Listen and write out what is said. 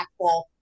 impactful